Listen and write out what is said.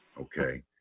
Okay